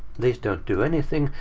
these don't do anything.